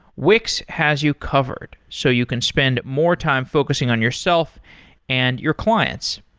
wix has you covered, so you can spend more time focusing on yourself and your clients.